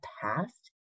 past